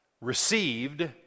received